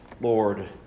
Lord